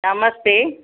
नमस्ते